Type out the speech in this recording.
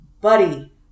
buddy